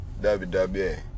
WWE